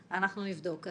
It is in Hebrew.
נבדוק.